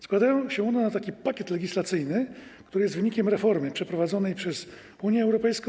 Składają się one na taki pakiet legislacyjny, który jest wynikiem reformy przeprowadzonej przez Unię Europejską.